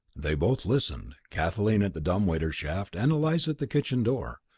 they both listened, kathleen at the dumb-waiter shaft and eliza at the kitchen door.